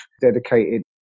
dedicated